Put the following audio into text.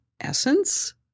essence